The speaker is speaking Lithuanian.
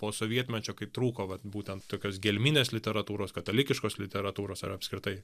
po sovietmečio kai trūko vat būtent tokios gelminės literatūros katalikiškos literatūros ar apskritai